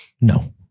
No